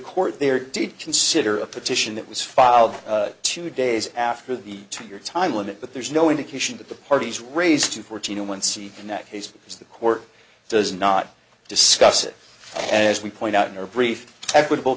court there did consider a petition that was filed two days after the two your time limit but there's no indication that the parties raised to fourteen zero one see in that case because the court does not discuss it as we point out in our brief equitable